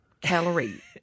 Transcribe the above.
calorie